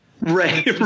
Right